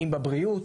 אם בבריאות,